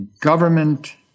government